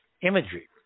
imagery